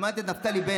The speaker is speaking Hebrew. הזמנת את נפתלי בנט.